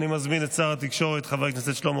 ב-7 באוקטובר.